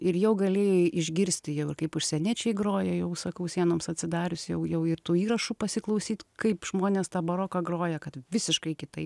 ir jau galėjai išgirsti jau ir kaip užsieniečiai groja jau sakau sienoms atsidarius jau jau ir tų įrašų pasiklausyt kaip žmonės tą baroką groja kad visiškai kitaip